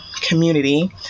community